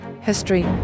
history